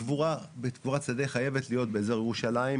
הקבורה בקבורת שדה חייבת להיות באזור ירושלים,